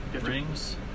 rings